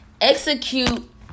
execute